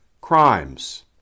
crimes